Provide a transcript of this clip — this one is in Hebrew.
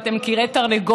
ואתם על כרעי תרנגולת,